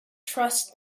trust